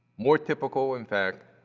more typical, in fact,